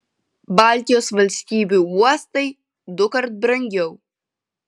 baltijos valstybių uostai dukart brangiau